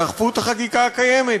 תאכפו את החקיקה הקיימת.